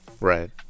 Right